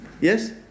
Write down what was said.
Yes